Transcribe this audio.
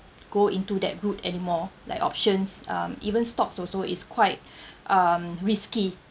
go into that route anymore like options um even stocks also it's quite um risky